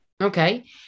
Okay